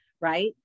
right